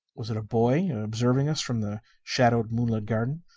was it a boy, observing us from the shadowed moonlit garden?